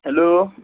hello